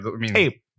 Hey